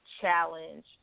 challenge